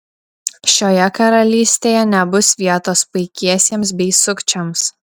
šioje karalystėje nebus vietos paikiesiems bei sukčiams